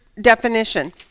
Definition